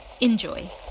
Enjoy